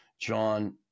John